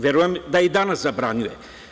Verujem da i danas zabranjuje.